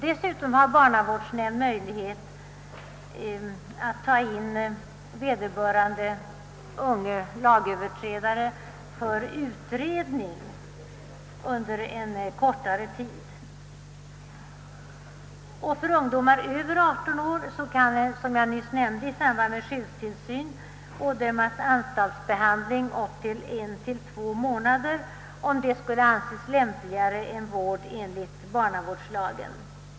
Dessutom har barnavårdsnämnd möjlighet att ta in unga lagöverträdare för utredning under en kortare tid. Ungdomar Över 18 år kan slutligen i samband med skyddstillsyn ådömas anstaltsbehandling på upp till två månader, om detta skulle anses lämpligare än vård enligt barnavårdslagen.